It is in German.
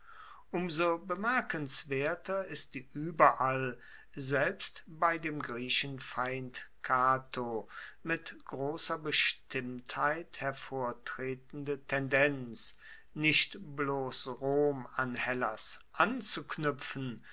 so bemerkenswerter ist die ueberall selbst bei dem griechenfeind cato mit grosser bestimmtheit hervortretende tendenz nicht bloss rom an hellas anzuknuepfen